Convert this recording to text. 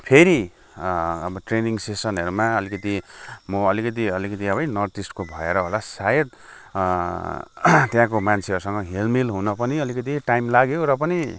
फेरि अब ट्रेनिङ सेसनहरूमा आलिकति म अलिकति अलिकति है नर्थ इस्टको भएर होला है सायद त्यहाँको मान्छेहरूसँग हेलमेल हुन पनि अलिकति टाइम लाग्यो र पनि